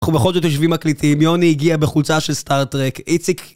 אנחנו בכל זאת יושבים מקליטים, יוני הגיע בחולצה של סטארטרק, איציק...